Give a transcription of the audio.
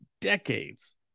decades